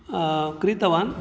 क्रीतवान्